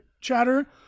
chatter